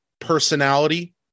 personality